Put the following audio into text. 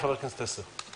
בבקשה, חבר הכנסת טסלר.